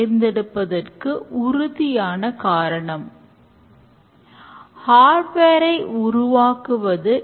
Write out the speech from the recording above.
ஏனெனில் இங்கு ஏற்கனவே உள்ள அதே மாதிரியான coding பயன்படுத்தப்படுகிறது